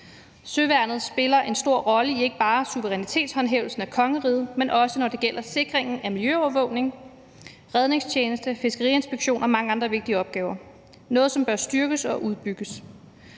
Søværnet spiller en stor rolle i ikke bare suverænitetshåndhævelsen af kongeriget, men også når det gælder sikringen af miljøovervågning, redningstjeneste, fiskeriinspektion og mange andre vigtige opgaver. Det er noget, som bør styrkes og udbygges.